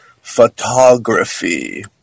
photography